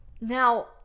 Now